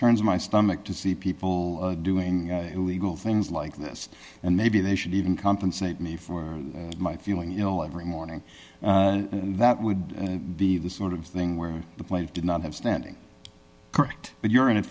turns my stomach to see people doing illegal things like this and maybe they should even compensate me for my feeling you know every morning that would be the sort of thing where the players do not have standing correct but you're in it